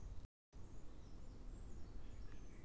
ತರಕಾರಿಗಳನ್ನು ತೆಗೆದ ಮೇಲೆ ಎಷ್ಟು ದಿನಗಳ ಒಳಗೆ ಮಾರ್ಕೆಟಿಗೆ ಮುಟ್ಟಿಸಬೇಕು?